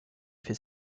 fait